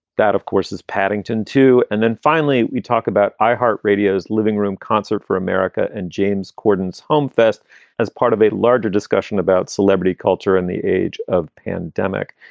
that, of course, is paddington two. and then finally, we talk about i heart radio's living room concert for america and james corden s home fest as part of a larger discussion about celebrity culture and the age of pandemic.